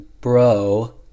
Bro